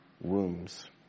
wombs